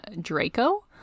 Draco